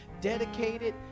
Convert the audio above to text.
dedicated